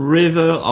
river